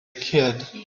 kid